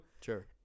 Sure